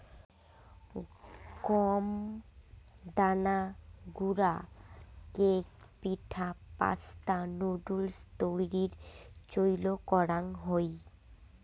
গম দানা গুঁড়া কেক, পিঠা, পাস্তা, নুডুলস তৈয়ারীত চইল করাং হই